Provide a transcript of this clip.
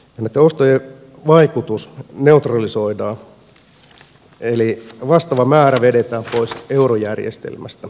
näitten ostojen vaikutus neutralisoidaan eli vastaava määrä vedetään pois eurojärjestelmästä